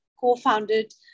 co-founded